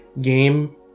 game